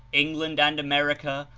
england and america,